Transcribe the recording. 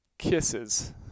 kisses